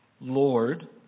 Lord